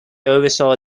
oversaw